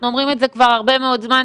אנחנו אומרים את זה כבר הרבה מאוד זמן.